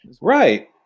right